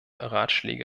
ratschläge